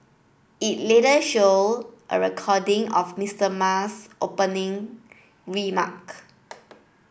it later showed a recording of Mister Ma's opening remark